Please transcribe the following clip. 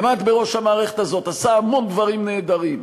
עמד בראש המערכת הזאת, עשה המון דברים נהדרים,